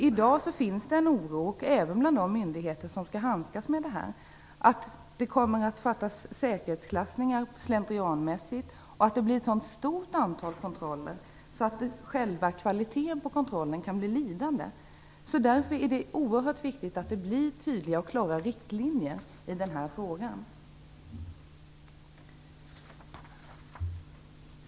I dag finns det en oro även bland de myndigheter som skall handskas med detta att det kommer att fattas slentrianmässiga beslut om säkerhetsklassningar och att det blir ett så stort antal kontroller att själva kvaliteten på kontrollen kan bli lidande. Det är därför oerhört viktigt att det blir tydliga och klara riktlinjer i den här frågan.